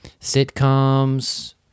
sitcoms